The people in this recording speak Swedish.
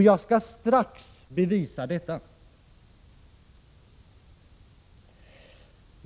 Jag skall strax bevisa detta.